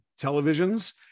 televisions